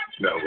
No